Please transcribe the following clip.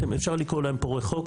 אפשר לקרוא להם פורעי חוק,